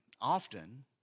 often